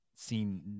seen